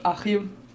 Achim